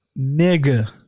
nigga